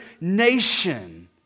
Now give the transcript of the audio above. nation